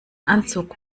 anzug